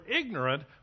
ignorant